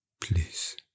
please